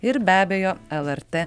ir be abejo lrt